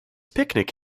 picnic